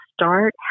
start